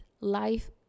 life